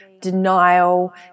denial